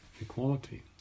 equality